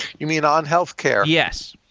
you mean on health care? yes.